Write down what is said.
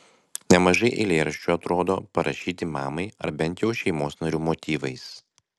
nemažai eilėraščių atrodo parašyti mamai ar bent jau šeimos narių motyvais